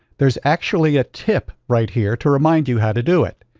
there's actually a tip right here to remind you how to do it.